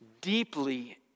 deeply